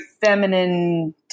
feminine